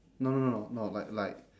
no no no no no like like